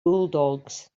bulldogs